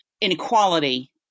inequality